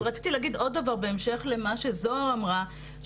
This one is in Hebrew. רציתי להגיד עוד דבר בהמשך למה שזהר אמרה,